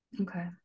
Okay